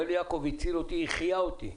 הוא סיפר שאותו אדם הציל אותו, החיה אותו.